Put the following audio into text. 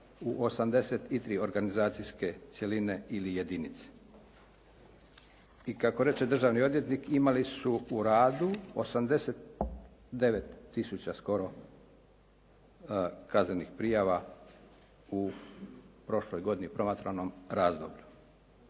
u 83 organizacijske cjeline ili jedinice. I kako reče državni odvjetnik imali su u radu 89000 skoro kaznenih prijava u prošloj godini, promatranom razdoblju.